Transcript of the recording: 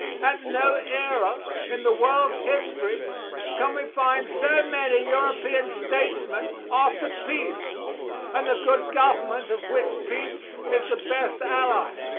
at no era in the world's history can we find so many european statesmen after peace and the good government of which peace is the best ally.